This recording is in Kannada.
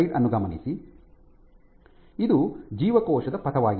ಇದು ಜೀವಕೋಶದ ಪಥವಾಗಿದೆ